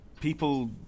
people